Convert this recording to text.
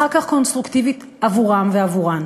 ואחר כך קונסטרוקטיבית עבורם ועבורן,